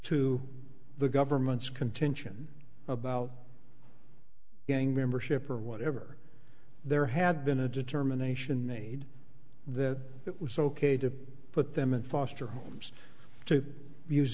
to the government's contention about gang membership or whatever there had been a determination made that it was ok to put them in foster homes to use